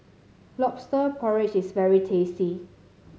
lobster porridge is very tasty